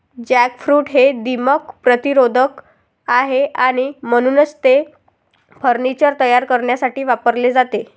jackfruit हे दीमक प्रतिरोधक आहे आणि म्हणूनच ते फर्निचर तयार करण्यासाठी वापरले जाते